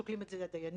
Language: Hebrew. שוקלים את זה הדיינים,